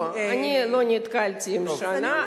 אני לא נתקלתי בשנה,